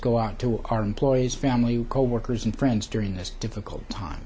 go out to our employees family coworkers and friends during this difficult time